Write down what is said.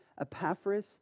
Epaphras